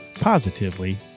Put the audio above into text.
Positively